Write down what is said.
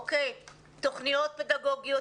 תוכניות פדגוגיות,